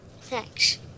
Thanks